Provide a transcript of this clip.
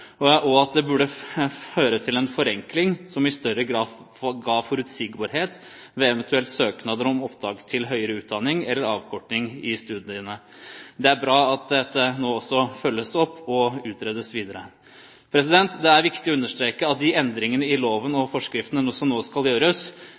at det burde føre til en forenkling som i større grad gir «forutsigbarhet ved eventuelle søknader om opptak til høyere utdanning eller avkorting i studiene». Det er bra at dette nå følges opp og utredes videre. Det er viktig å understreke at de endringene i loven og